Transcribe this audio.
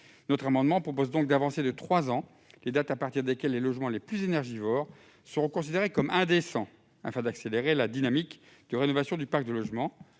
Notre amendement vise donc à avancer de trois ans les dates à partir desquelles les logements les plus énergivores seront considérés comme indécents, afin d'accélérer la dynamique de rénovation du parc de logements